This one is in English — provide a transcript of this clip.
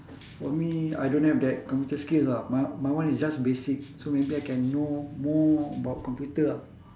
for me I don't have that computer skills ah my my one is just basic so maybe I can know more about computer ah